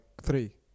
three